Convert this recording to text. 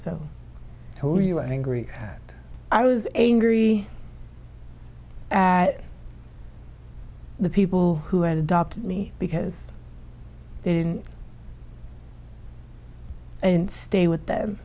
are you angry that i was a very at the people who had adopted me because they didn't and stay with them